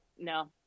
No